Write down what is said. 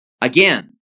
Again